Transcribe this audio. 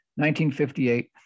1958